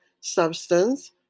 substance